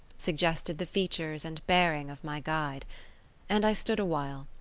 suggested the features and bearing of my guide and i stood awhile,